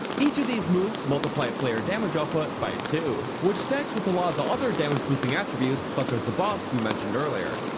each of these moves multiply player damage output by two, which stacks with a lot of other damage boosting attributes such as the buffs we mentioned earlier.